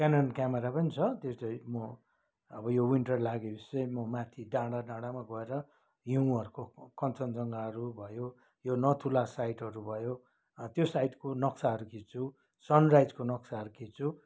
Kenin camera पनि छ त्यो चाहिँ म अब यो विन्टर लागेपछि चाहिँ म माथि डाँडा डाँडामा गएर हिउँहरूको कञ्चनजङ्घाहरू भयो यो नाथुला साइडहरू भयो त्यो साइडको नक्साहरू खिच्छु सनराइजको नक्साहरू खिच्छु